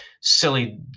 silly